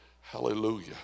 Hallelujah